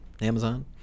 Amazon